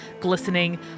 glistening